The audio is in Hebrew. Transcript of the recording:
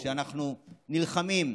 כשאנחנו נלחמים,